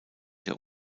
der